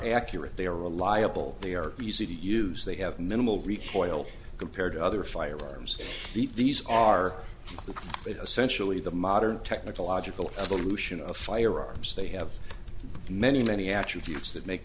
accurate they are reliable they are easy to use they have minimal recoil compared to other firearms these are essentially the modern technological solution of firearms they have many many attributes that make